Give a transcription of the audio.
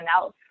else